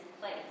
place